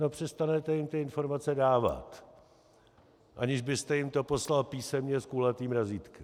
No přestanete jim ty informace dávat, aniž byste jim to poslal písemně s kulatým razítkem.